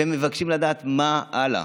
מבקשים לדעת מה הלאה,